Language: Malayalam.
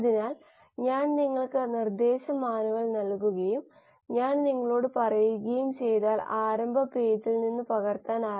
ദശാംശ റിഡക്ഷൻ സമയം എന്ന ആശയം അതിന്റെ അടിസ്ഥാനമാണ്